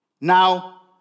Now